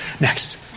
Next